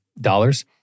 dollars